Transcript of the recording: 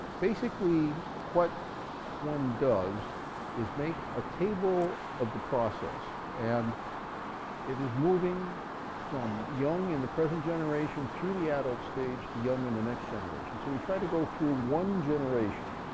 basically what one does is make a table of the process and it is moving from young, in the present generation, through the adult stage, to young in the next generation. so we try to go through one generation.